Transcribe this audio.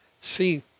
See